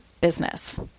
business